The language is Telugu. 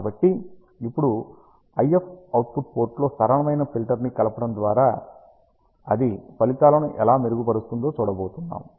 కాబట్టి ఇప్పుడు IF అవుట్పుట్ పోర్టులో సరళమైన ఫిల్టర్ ని కలపటం ద్వారా అది ఫలితాలను ఎలా మెరుగుపరుస్తుందో చూడబోతున్నాం